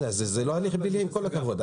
זה לא הליך פלילי, עם כל הכבוד.